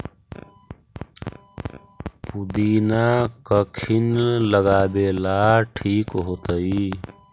पुदिना कखिनी लगावेला ठिक होतइ?